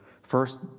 first